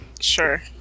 Sure